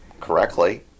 correctly